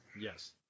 Yes